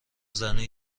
زنه